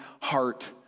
heart